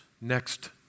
next